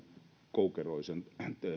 koukeroisten